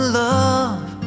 love